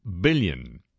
billion